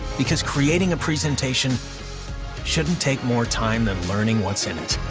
because creating a presentation shouldn't take more time than learning what's in it.